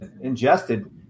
ingested